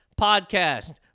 podcast